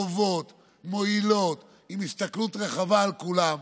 טובות, מועילות, עם הסתכלות רחבה על כולם.